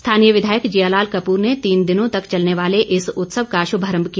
स्थानीय विधायक जियालाल कपूर ने तीन दिनों तक चलने वाले इस उत्सव का शुभारम्भ किया